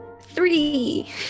three